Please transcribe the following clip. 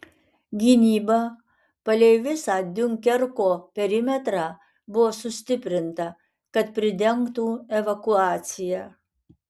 gynyba palei visą diunkerko perimetrą buvo sustiprinta kad pridengtų evakuaciją